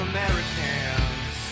Americans